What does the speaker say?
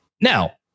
Now